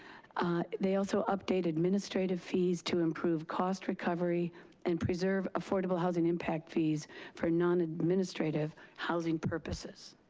ah they also update administrative fees to improve cost recovery and preserve affordable housing impact fees for non-administrative housing purposes.